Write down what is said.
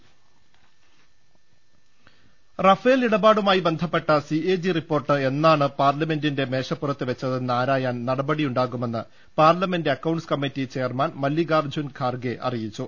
ങ്ങ ൽ റഫേൽ ഇടപാടുമായി ബന്ധപ്പെട്ട സി എ ജി റിപ്പോർട്ട് എന്നാണ് പാർലമെന്റിൽ മേശപ്പുറത്ത് വെച്ചതെന്ന് ആരായാൻ നടപടിയുണ്ടാകുമെന്ന് parliament accounts committee chairman Mallikarjun Kharge അറിയിച്ചു